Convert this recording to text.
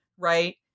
right